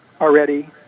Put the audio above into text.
already